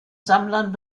sammlern